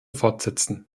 fortsetzen